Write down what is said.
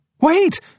Wait